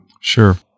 Sure